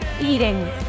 eating